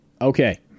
Okay